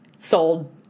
sold